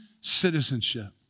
citizenship